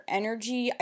energy